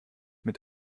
mit